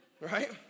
Right